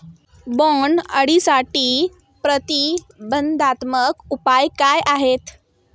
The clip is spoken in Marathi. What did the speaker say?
बोंडअळीसाठी प्रतिबंधात्मक उपाय काय आहेत?